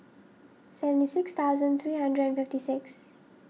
seventy six thousand three hundred and fifty six